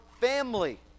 family